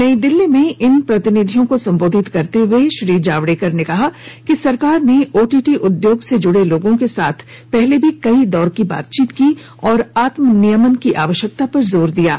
नई दिल्ली में इन प्रतिनिधियों को संबोधित करते हुए श्री जावड़ेकर ने कहा कि सरकार ने ओटीटी उद्योग से जुड़े लोगों के साथ पहले भी कई दौर की बातचीत की और आत्मनियमन की आवश्यकता पर जोर दिया है